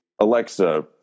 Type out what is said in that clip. Alexa